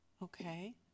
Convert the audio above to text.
Okay